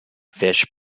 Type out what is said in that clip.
fish